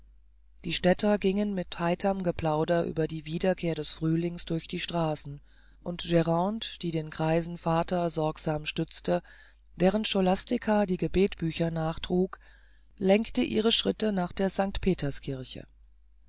die städter gingen mit heiterm geplauder über die wiederkehr des frühlings durch die straßen und grande die den greifen vater sorgsam stützte während scholastica die gebetbücher nachtrug lenkte ihre schritte nach der st peterskirche